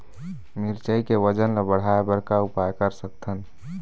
मिरचई के वजन ला बढ़ाएं बर का उपाय कर सकथन?